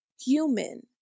human